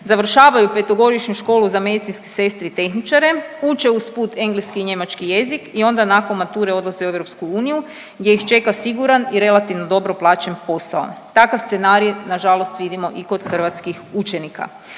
završavaju petogodišnju školu za medicinske sestre i tehničare, uče usput engleski i njemački jezik i onda nakon mature odlaze u EU gdje ih čeka siguran i relativno dobro plaćen posao. Takav scenarij nažalost vidimo i kod hrvatskih učenika.